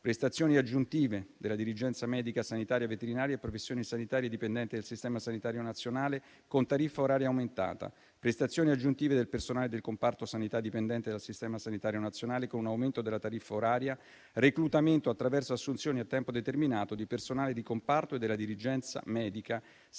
prestazioni aggiuntive della dirigenza medica sanitaria veterinaria e professioni sanitarie dipendenti dal Sistema sanitario nazionale con tariffa oraria aumentata; prestazione aggiuntive del personale del comparto sanità dipendente dal Sistema sanitario nazionale con aumento della tariffa oraria; reclutamento attraverso assunzioni a tempo determinato di personale di comparto e della dirigenza medica sanitaria